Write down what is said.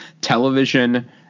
television